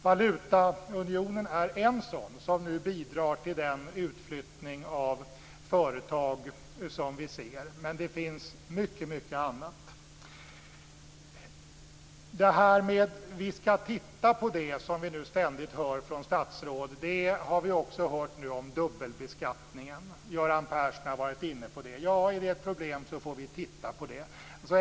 Valutaunionen är en sådan sak som nu bidrar till den utflyttning av företag som vi ser, men det finns mycket, mycket annat. Det här med att "vi skall titta på det" som vi ständigt hör från statsråd har vi nu också hört om dubbelbeskattningen. Göran Persson har varit inne på det; är det ett problem så får vi titta på det.